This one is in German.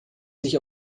sich